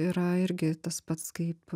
yra irgi tas pats kaip